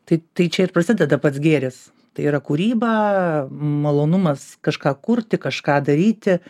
tai tai čia ir prasideda pats gėris tai yra kūryba malonumas kažką kurti kažką daryti